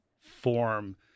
form